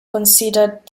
considered